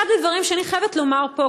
אחד הדברים שאני חייבת לומר פה,